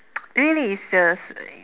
really it's just